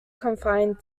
confined